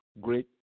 great